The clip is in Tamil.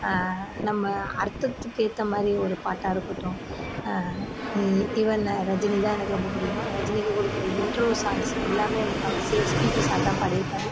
நம்ம அர்த்தத்துக்கு ஏற்ற மாதிரி ஒரு பாட்டாக இருக்கட்டும் ஈவன் ரஜினி தான் எனக்கு ரொம்ப பிடிக்கும் ரஜினிக்கு கொடுக்குற இன்ட்ரோ சாங்ஸ் எல்லாம் முக்கால்வாசி எஸ்பிபி சார் தான் பாடியிருப்பாரு